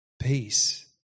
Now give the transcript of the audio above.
peace